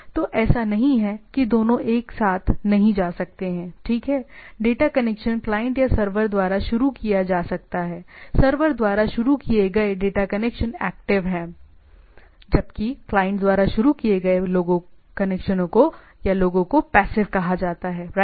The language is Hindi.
तो ऐसा नहीं है कि दोनों एक साथ नहीं जा सकते हैं ठीक है डेटा कनेक्शन क्लाइंट या सर्वर द्वारा शुरू किया जा सकता है सर्वर द्वारा शुरू किए गए डेटा कनेक्शन एक्टिव हैं जबकि क्लाइंट द्वारा शुरू किए गए लोगों को पैसिव कहा जाता है राइट